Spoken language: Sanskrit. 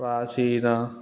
प्राचीनम्